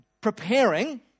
preparing